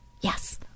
Yes